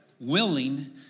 Willing